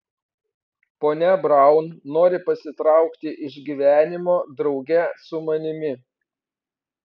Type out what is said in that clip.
ponia braun nori pasitraukti iš gyvenimo drauge su manimi